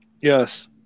Yes